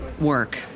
work